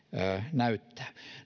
näyttää